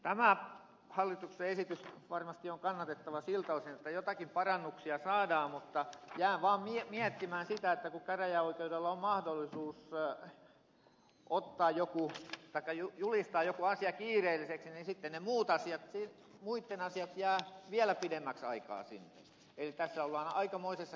tämä hallituksen esitys varmasti on kannatettava siltä osin että joitakin parannuksia saadaan mutta jään vaan miettimään sitä että kun käräjäoikeudella on mahdollisuus julistaa joku asia kiireelliseksi niin sitten ne muitten asiat jäävät vielä pidemmäksi aikaa sinne eli tässä ollaan aikamoisessa kierteessä